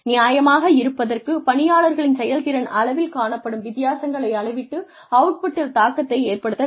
நியாயமாக இருப்பதற்கு பணியாளர்களின் செயல்திறன் அளவில் காணப்படும் வித்தியாசங்களை அளவிட்டு அவுட்புட்டில் தாக்கத்தை ஏற்படுத்த வேண்டும்